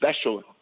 special